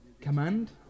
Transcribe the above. command